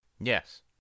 yes